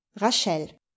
Rachel